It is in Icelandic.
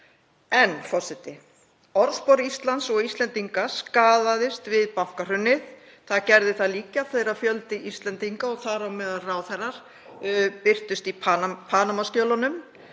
En, forseti, orðspor Íslands og Íslendinga skaðaðist við bankahrunið. Það gerði það líka hjá þeim fjölda Íslendinga og þar á meðal ráðherra sem birtust í Panama-skjölunum.